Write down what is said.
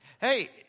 Hey